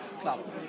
club